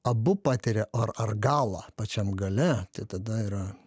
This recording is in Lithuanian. abu patiria ar argalą pačiam gale tada yra